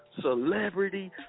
Celebrity